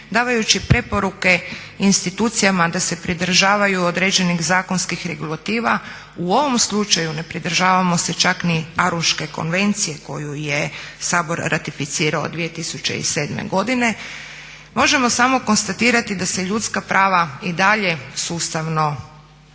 davajući preporuke institucijama da se pridržavaju određenih zakonskih regulativa u ovom slučaju ne pridržavamo se čak ni Arhuške konvencije koju je Sabor ratificirao 2007.godine, možemo samo konstatirati da se ljudska prava i dalje sustavno